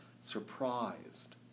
surprised